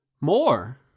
More